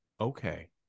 okay